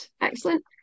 excellent